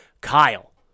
Kyle